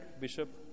Bishop